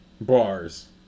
Bars